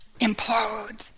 implodes